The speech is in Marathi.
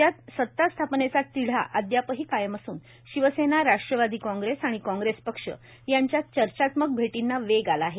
राज्यात सता स्थापनेचा तिढा अद्यापही कायम असून शिवसेना राष्ट्रवादी कांग्रेस आणि कांग्रेस पक्ष यांच्यात चर्चात्मक भेटींना वेग आला आहे